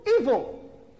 evil